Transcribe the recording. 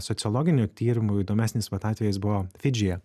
sociologinių tyrimų įdomesnis vat atvejis buvo fidžyje